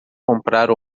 comprar